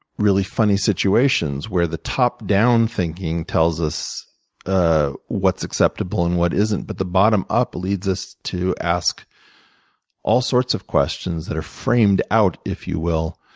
really funny situations where the top-down thinking tells us ah what's acceptable and what isn't, but the bottom up leads us to ask all sorts of questions that are framed out, if you will,